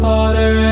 Father